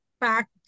back